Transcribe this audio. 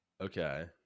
Okay